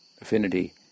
affinity